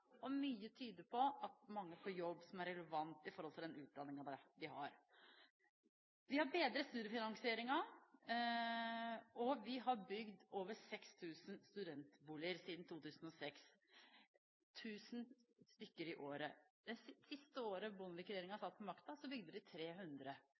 planer. Mye tyder på at mange får jobb som er relevant med hensyn til den utdanningen de har. Vi har bedret studiefinansieringen, og vi har bygd over 6 000 studentboliger siden 2006 – 1 000 stykker i året. Det siste året